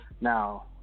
Now